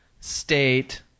state